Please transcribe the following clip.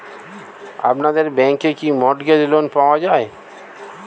আপনাদের ব্যাংকে কি মর্টগেজ লোন পাওয়া যায়?